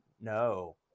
No